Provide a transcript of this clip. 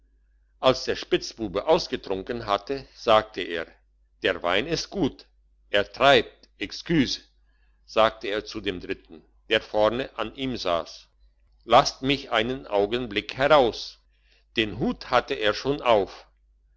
als der spitzbube ausgetrunken hatte sagte er der wein ist gut er treibt exküse sagte er zu dem dritten der vorne an ihm sass lasst mich einen augenblick heraus den hut hatte er schon auf